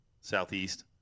Southeast